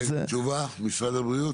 משרד הבריאות,